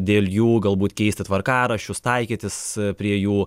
dėl jų galbūt keisti tvarkaraščius taikytis prie jų